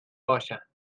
باشد